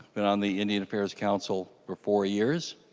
and on the indian affairs council for four years.